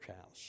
house